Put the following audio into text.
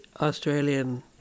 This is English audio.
Australian